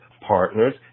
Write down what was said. partners